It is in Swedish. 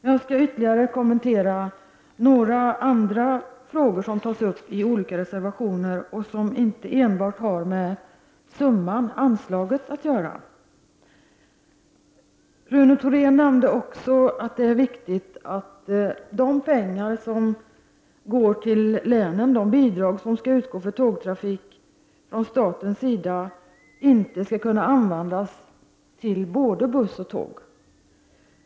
Jag skall ytterligare kommentera några andra frågor som tas upp i olika reservationer och inte enbart har med anslaget att göra. Rune Thorén nämnde också att det är viktigt att de pengar som går till 11 länen, de bidrag som skall utgå för tågtrafik från statens sida, inte skall kunna användas till både bussar och tåg.